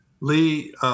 Lee